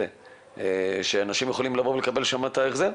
לפיו אנשים יכולים לבוא ולקבל את ההחזר.